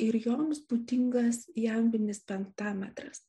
ir joms būdingas jambinis pentametras